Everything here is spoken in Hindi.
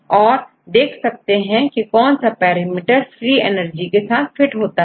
और देख सकते हैं की कौन सा पैरामीटर फ्री एनर्जी के साथ फिट होता है